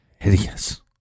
Hideous